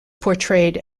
portrayed